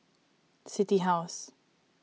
City House